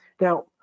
Now